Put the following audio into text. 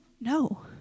no